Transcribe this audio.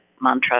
mantra